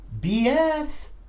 BS